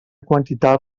quantitat